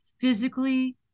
physically